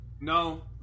No